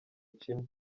kimwe